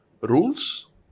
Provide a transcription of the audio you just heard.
Rules